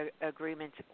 agreements